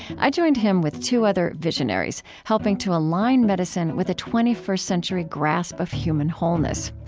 i joined him with two other visionaries helping to align medicine with a twenty first century grasp of human wholeness.